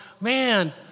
man